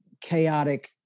chaotic